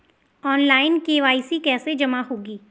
Online KYC कैसे जमा होगी?